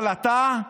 אבל אתה,